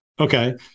Okay